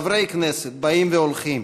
חברי כנסת באים והולכים,